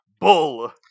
Bull